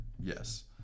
yes